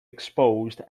exposed